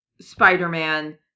Spider-Man